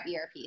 ERP